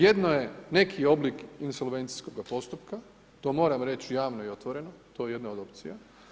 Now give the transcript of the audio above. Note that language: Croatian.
Jedno je neki oblik insolvencijskoga postupka, to moram reći javno i otvoreno, to je jedna od opcija.